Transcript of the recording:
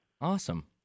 Awesome